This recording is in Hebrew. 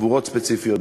חבורות ספציפיות,